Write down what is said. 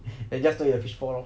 then just don't eat the fishball lor